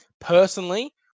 personally